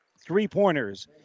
three-pointers